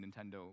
Nintendo